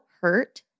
hurt